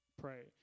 pray